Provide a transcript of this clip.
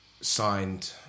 signed